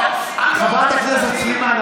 חברת הכנסת סלימאן,